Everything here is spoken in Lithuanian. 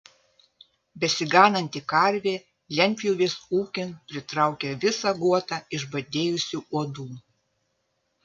besigananti karvė lentpjūvės ūkin pritraukė visą guotą išbadėjusių uodų